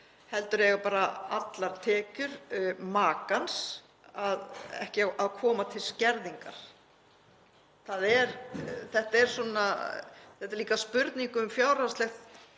heldur eiga bara engar tekjur makans að koma til skerðingar. Þetta er líka spurning um fjárhagslegt